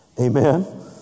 Amen